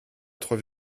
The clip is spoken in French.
trois